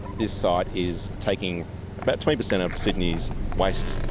this site is taking about twenty percent of sydney's waste.